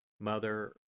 Mother